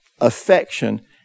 affection